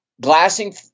glassing